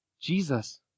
Jesus